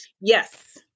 Yes